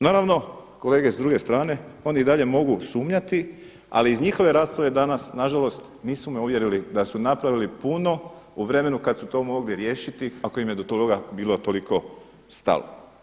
Naravno, kolege s druge strane oni i dalje mogu sumnjati ali iz njihove rasprave nažalost nisu me uvjerili da su napravili puno u vremenu kad su to mogli riješiti ako im je do toga bilo toliko stalo.